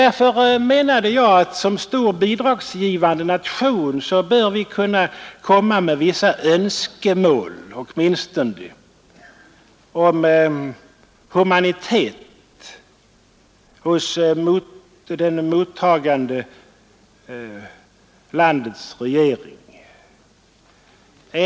Därför menade jag att som stor bidragsgivande nation borde vi åtminstone kunna framföra bestämda önskemål om att mottagarlandets regering visar humanitet.